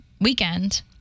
weekend